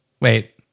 Wait